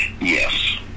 Yes